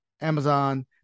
Amazon